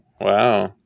Wow